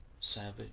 savage